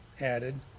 added